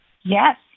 Yes